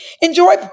Enjoy